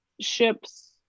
ships